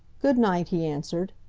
good night! he answered.